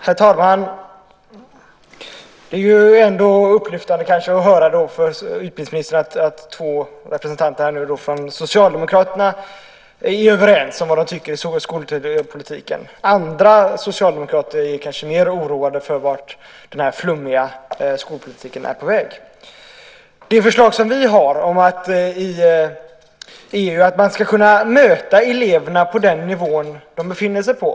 Herr talman! Det är kanske upplyftande för skolministern att höra att två representanter för Socialdemokraterna är överens i skolpolitiken. Andra socialdemokrater är kanske mer oroade för vart denna flummiga skolpolitik är på väg. Det förslag som vi har är att man ska möta eleverna på den nivå som de befinner sig på.